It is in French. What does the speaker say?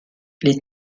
les